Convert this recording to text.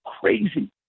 crazy